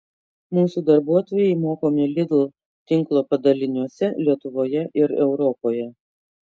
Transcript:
mūsų darbuotojai mokomi lidl tinklo padaliniuose lietuvoje ir europoje